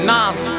Nas